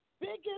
biggest